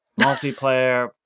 multiplayer